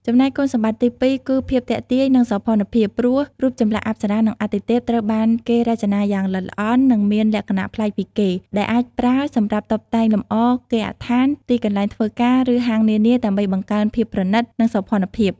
ចំណែកគុណសម្បត្តិទីពីរ គឺ ភាពទាក់ទាញ និងសោភ័ណភាព ព្រោះរូបចម្លាក់អប្សរា និងអាទិទេពត្រូវបានគេរចនាយ៉ាងល្អិតល្អន់ និងមានលក្ខណៈប្លែកពីគេ ដែលអាចប្រើសម្រាប់តុបតែងលម្អគេហដ្ឋាន ទីកន្លែងធ្វើការ ឬហាងនានាដើម្បីបង្កើនភាពប្រណីត និងសោភ័ណភាព។